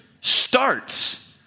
starts